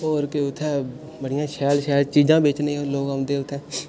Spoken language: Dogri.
होर के उत्थै बड़ियां शैल शैल चीजां बेचने ई लोक औंदे उत्थै